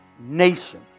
nation